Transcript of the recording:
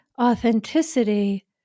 authenticity